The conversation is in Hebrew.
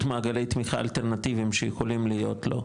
מאגרי תמיכה אלטרנטיביים שיכולים להיות לו,